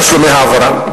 תשלומי העברה.